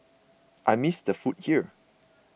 I miss the food here